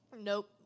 nope